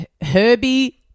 Herbie